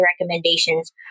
recommendations